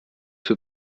für